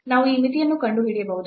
ನಾವು ಈ ಮಿತಿಯನ್ನು ಕಂಡುಹಿಡಿಯಬಹುದು